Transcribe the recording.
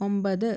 ഒമ്പത്